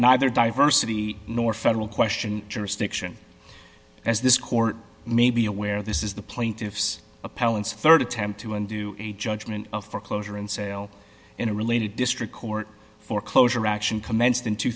neither diversity nor federal question jurisdiction as this court may be aware this is the plaintiff's appellants rd attempt to undo a judgment of foreclosure and sale in a related district court foreclosure action commenced in two